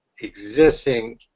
existing